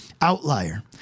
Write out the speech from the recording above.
outlier